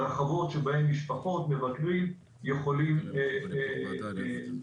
ורחבות שבהן משפחות ומבקרים יכולים להתכנס.